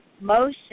motion